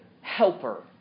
helper